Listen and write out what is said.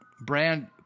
Brand